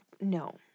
No